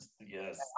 yes